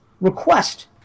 request